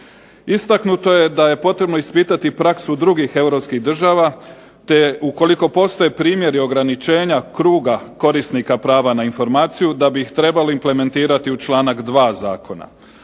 Istaknuto je da je potrebno ispitati praksu drugih europskih država te ukoliko postoje primjeri ograničenja kruga korisnika prava na informaciju da bi ih trebali implementirati u članak 2. zakona.